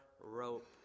rope